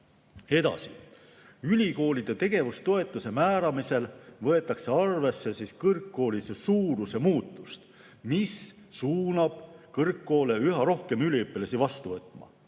Edasi. Ülikoolide tegevustoetuse määramisel võetakse arvesse kõrgkooli suuruse muutumist, mis suunab kõrgkoole üha rohkem üliõpilasi vastu võtma.